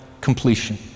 completion